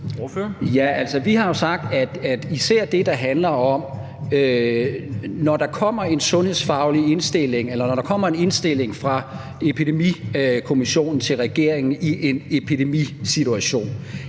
vi har jo sagt, at især det, der handler om, at når der kommer en sundhedsfaglig indstilling eller når der kommer en indstilling fra epidemikommissionen til regeringen i en epidemisituation,